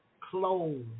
clothes